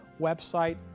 website